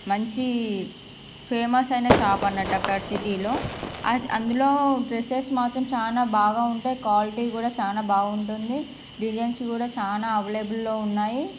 మంచి ఫేమస్ అయిన షాపు అనట్టు అక్కడ సిటీలో అందులో డ్రస్సెస్ మాత్రం చాలా బాగా ఉంటాయి క్వాలిటీ కూడా చాలా బాగుంటుంది డిజైన్స్ కూడా చాలా అవెలబుల్లో ఉన్నాయి